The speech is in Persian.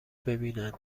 ببینند